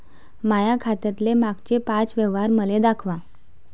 माया खात्यातले मागचे पाच व्यवहार मले दाखवा